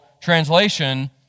translation